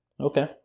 Okay